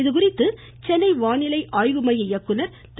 இதுகுறித்து சென்னை வானிலை ஆய்வு மைய இயக்குனர் திரு